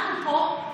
אנחנו פה,